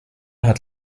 hat